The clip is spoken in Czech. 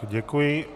Děkuji.